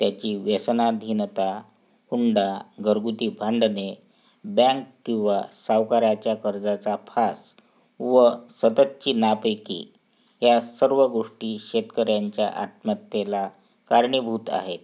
त्याची व्यसनाधीनता हुंडा घरगुती भांडणे बँक किंवा सावकाऱ्याच्या कर्जाचा फास व सततची नापिकी या सर्व गोष्टी शेतकऱ्यांच्या आत्महत्येला कारणीभूत आहेत